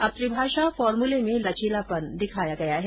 अब त्रिभाषा फार्मूले में लचीलापन दिखाया गया है